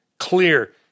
Clear